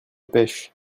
pêche